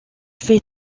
fait